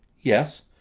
yes,